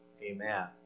Amen